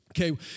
Okay